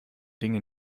dinge